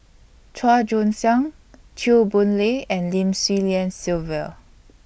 Chua Joon Siang Chew Boon Lay and Lim Swee Lian Sylvia